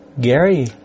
Gary